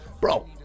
Bro